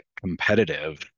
competitive